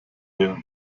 hier